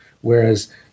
Whereas